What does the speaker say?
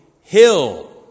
Hill